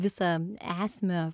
visą esmę